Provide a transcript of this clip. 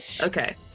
okay